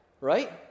right